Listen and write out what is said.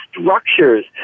structures